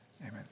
Amen